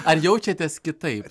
ar jaučiatės kitaip